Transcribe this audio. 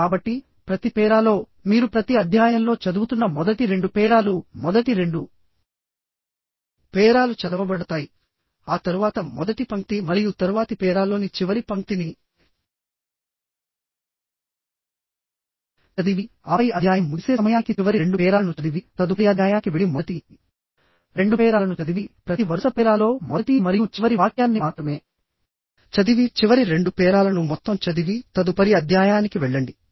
కాబట్టి ప్రతి పేరాలోమీరు ప్రతి అధ్యాయంలో చదువుతున్న మొదటి రెండు పేరాలు మొదటి రెండు పేరాలు చదవబడతాయి ఆ తరువాత మొదటి పంక్తి మరియు తరువాతి పేరాల్లోని చివరి పంక్తిని చదివి ఆపై అధ్యాయం ముగిసే సమయానికి చివరి రెండు పేరాలను చదివి తదుపరి అధ్యాయానికి వెళ్లి మొదటి రెండు పేరాలను చదివి ప్రతి వరుస పేరాల్లో మొదటి మరియు చివరి వాక్యాన్ని మాత్రమే చదివి చివరి రెండు పేరాలను మొత్తం చదివి తదుపరి అధ్యాయానికి వెళ్లండి